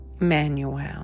Emmanuel